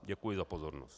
Děkuji za pozornost.